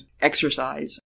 exercise